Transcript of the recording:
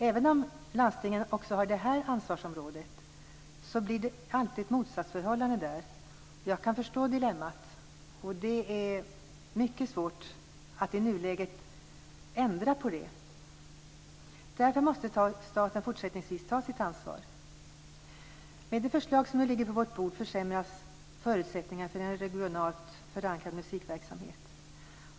Även om landstingen har det här ansvarsområdet också blir det alltid ett motsatsförhållande där. Jag kan förstå dilemmat, och det är mycket svårt att i nuläget ändra på detta. Därför måste staten fortsättningsvis ta sitt ansvar. Med det förslag som nu ligger på vårt bord försämras förutsättningarna för en regionalt förankrad musikverksamhet.